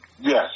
Yes